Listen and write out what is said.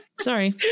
sorry